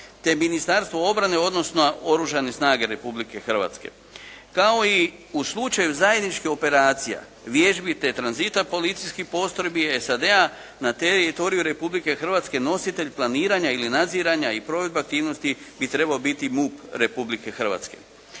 te Ministarstvo obrane, odnosno Oružane snage Republike Hrvatske. Kao i u slučaju zajedničkih operacija, vježbi te tranzita policijskih postrojbi SAD-a na teritoriju Republike Hrvatske nositelj planiranja ili nadziranja i provedbe aktivnosti bi trebao biti MUP Republike Hrvatske.